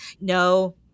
no